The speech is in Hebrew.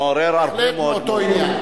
בהחלט באותו עניין.